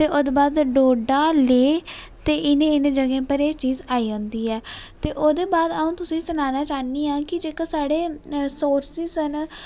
ते ओह्दे बाद डोडा लेह ते इनें इनें जगहा उप्पर एह् चीज आई जंदी ऐ ते ओह्दे बाद अ'ऊ तुसेंगी सनाना चाह्नी आं कि जेह्के साढ़े रिसोर्सस न